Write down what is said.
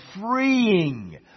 freeing